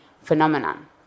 phenomenon